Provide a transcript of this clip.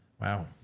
Wow